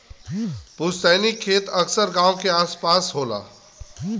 पुस्तैनी खेत अक्सर गांव घर क आस पास होला